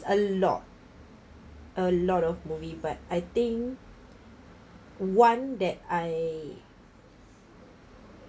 a lot a lot of movie but I think one that I